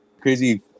crazy